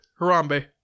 Harambe